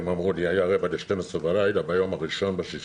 היה רבע ל-12 בלילה ביום הראשון למלחמה,